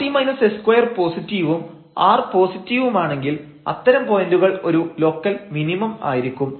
rt s2 പോസിറ്റീവും r പോസിറ്റീവുമാണെങ്കിൽ അത്തരം പോയന്റുകൾ ഒരു ലോക്കൽ മിനിമം ആയിരിക്കും